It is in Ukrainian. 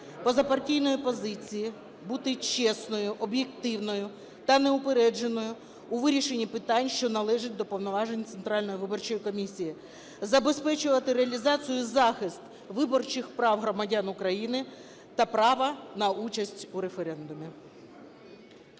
позапартійної позиції, бути чесним, об'єктивним та неупередженим у вирішенні питань, що належать до повноважень Комісії, забезпечувати реалізацію і захист виборчих прав громадян України та права на участь у референдумі.